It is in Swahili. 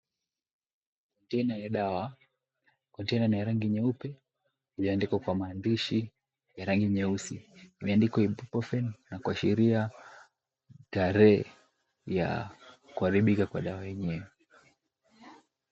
Kontena ya dawa, kontena ni ya rangi nyeupe iliyoandikwa kwa maandishi ya rangi nyeusi. Imeandikwa Ibuprofen na kuashiria tarehe ya kuharibika kwa dawa yenyewe.